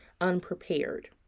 unprepared